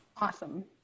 Awesome